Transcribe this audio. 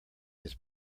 his